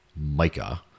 mica